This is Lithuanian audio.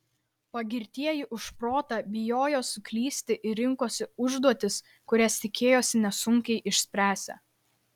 pagirtieji už protą bijojo suklysti ir rinkosi užduotis kurias tikėjosi nesunkiai išspręsią